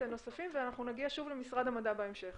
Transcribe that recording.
הנוספים ואנחנו נגיע שוב למשרד המדע בהמשך.